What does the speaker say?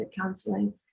counseling